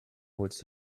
holst